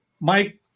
Mike